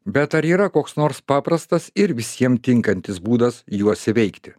bet ar yra koks nors paprastas ir visiem tinkantis būdas juos įveikti